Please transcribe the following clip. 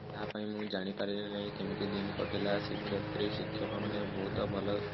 ୟା ପାଇଁ ମୁଁ ଜାଣି ପାରିଲି ନାହିଁ କେମିତି ଦିନ୍ କଟିଲା ଶିକ୍ଷୟତ୍ରୀ ଶିକ୍ଷକମାନେ ବହୁତ ଭଲ